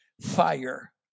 fire